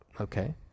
okay